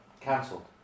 cancelled